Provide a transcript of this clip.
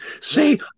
See